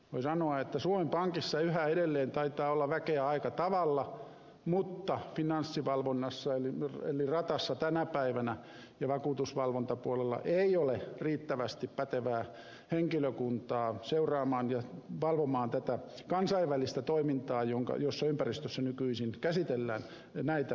voi sanoa että suomen pankissa yhä edelleen taitaa olla väkeä aika tavalla mutta finanssivalvonnassa eli ratassa tänä päivänä vakuutusvalvontapuolella ei ole riittävästi pätevää henkilökuntaa seuraamaan ja valvomaan tätä kansainvälistä toimintaa jossa ympäristössä nykyisin käsitellään näitä asioita